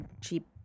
cheap